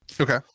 Okay